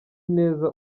neza